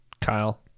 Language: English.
Kyle